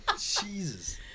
Jesus